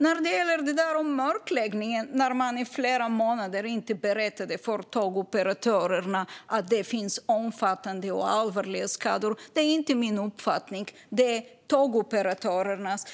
När det gäller mörkläggning handlar det om att man under flera månader inte berättade för tågoperatörerna att det fanns omfattande och allvarliga skador. Det är inte min uppfattning utan det är tågoperatörernas. Sedan